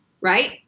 Right